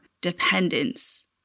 dependence